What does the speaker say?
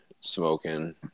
smoking